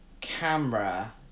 camera